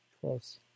Close